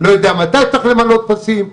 לא יודע מתי צריך למלא טפסים,